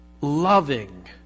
loving